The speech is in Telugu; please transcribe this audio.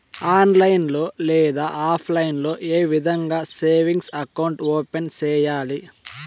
ఆన్లైన్ లో లేదా ఆప్లైన్ లో ఏ విధంగా సేవింగ్ అకౌంట్ ఓపెన్ సేయాలి